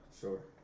sure